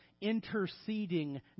interceding